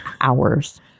hours